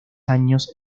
años